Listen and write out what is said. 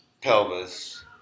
pelvis